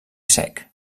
sec